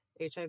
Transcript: HIV